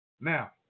Now